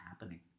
happening